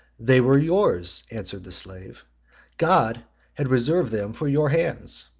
they were yours, answered the slave god had reserved them for your hands.